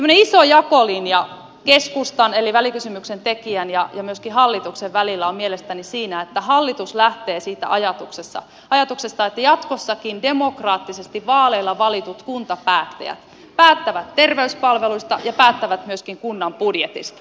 semmoinen iso jakolinja keskustan eli välikysymyksen tekijän ja hallituksen välillä mielestäni on että hallitus lähtee siitä ajatuksesta että jatkossakin demokraattisesti vaaleilla valitut kuntapäättäjät päättävät terveyspalveluista ja päättävät myöskin kunnan budjetista